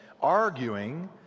arguing